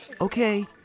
Okay